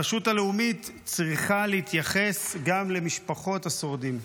הרשות הלאומית צריכה להתייחס גם למשפחות השורדים.